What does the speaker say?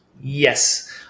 Yes